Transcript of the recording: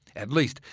at least,